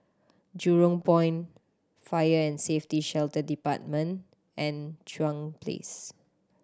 Jurong Point Fire and Safety Shelter Department and Chuan Place